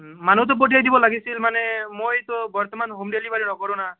মানুহটাে পঠিয়াই দিব লাগিছিল মানে মইতো বৰ্তমান হোম ডেলিভাৰী নকৰোঁ না